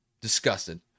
disgusted